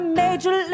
major